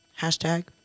Hashtag